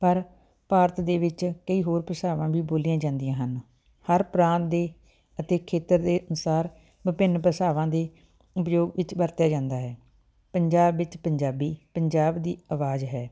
ਪਰ ਭਾਰਤ ਦੇ ਵਿੱਚ ਕਈ ਹੋਰ ਭਾਸ਼ਾਵਾਂ ਵੀ ਬੋਲੀਆਂ ਜਾਂਦੀਆਂ ਹਨ ਹਰ ਪ੍ਰਾਂਤ ਦੇ ਅਤੇ ਖੇਤਰ ਦੇ ਅਨੁਸਾਰ ਵਿਭਿੰਨ ਭਾਸ਼ਾਵਾਂ ਦੇ ਉਪਯੋਗ ਵਿੱਚ ਵਰਤਿਆ ਜਾਂਦਾ ਹੈ ਪੰਜਾਬ ਵਿੱਚ ਪੰਜਾਬੀ ਪੰਜਾਬ ਦੀ ਆਵਾਜ਼ ਹੈ